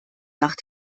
nach